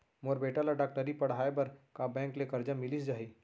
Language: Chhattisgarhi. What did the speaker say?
मोर बेटा ल डॉक्टरी पढ़ाये बर का बैंक ले करजा मिलिस जाही?